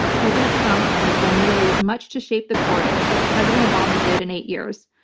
president trump has done nearly as much to shape the courts as president obama did in eight years.